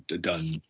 done